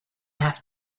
have